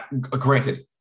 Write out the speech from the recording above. Granted